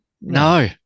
No